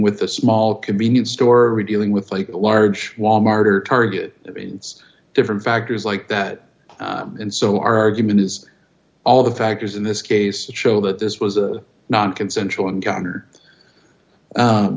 with a small convenience store dealing with a large wal mart or target means different factors like that and so our argument is all the factors in this case show that this was a non consensual encounter